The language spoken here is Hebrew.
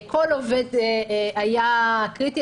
כל עובד היה קריטי.